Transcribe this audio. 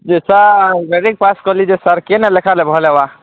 ଯେ sir matric pass କଲି ଯେ ସାର୍ କେନୁ ଲେଖାଲେ ଭଲ୍ ହବା